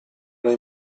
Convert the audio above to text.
dai